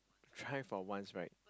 try for once right